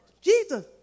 Jesus